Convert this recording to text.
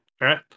right